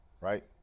right